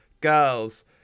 girls